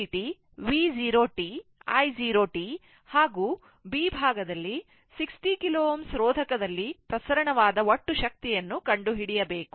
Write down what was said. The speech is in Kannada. VCt V 0 t i 0 t ಹಾಗೂ b ಭಾಗದಲ್ಲಿ 60 KΩ ರೋಧಕದಲ್ಲಿ ಪ್ರಸರಣವಾದ ಒಟ್ಟು ಶಕ್ತಿಯನ್ನು ಕಂಡುಹಿಡಿಯಬೇಕು